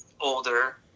older